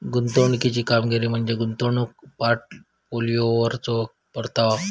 गुंतवणुकीची कामगिरी म्हणजे गुंतवणूक पोर्टफोलिओवरलो परतावा